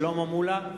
שלמה מולה,